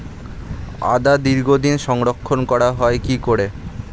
আদা দীর্ঘদিন সংরক্ষণ করা হয় কি করে?